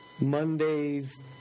Monday's